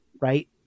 Right